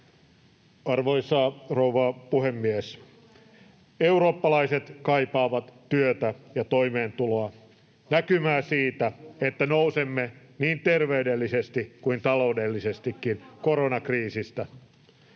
Arvoisa rouva puhemies! Eurooppalaiset kaipaavat työtä ja toimeentuloa, näkymää siitä, että nousemme niin terveydellisesti kuin taloudellisesti koronakriisistä.